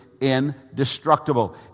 indestructible